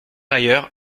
ailleurs